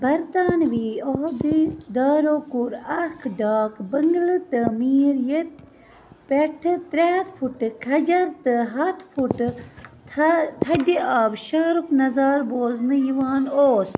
برطانوی عۄہدٕ دارو کوٚر اَکھ ڈاک بٔنٛگلہٕ تٲمیٖر ییٚتہِ پٮ۪ٹھٕ ترٛےٚ ہَتھ فُٹہٕ کھَجر تہٕ ہَتھ فُٹہٕ تھہ تھدِ آبٕشارُک نظارٕ بوزنہٕ یِوان اوس